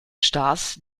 stars